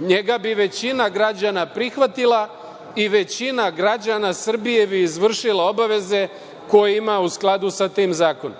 njega bi većina građana prihvatila i većina građana Srbije bi izvršila obaveze koje ima u skladu sa tim zakonom.